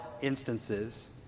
instances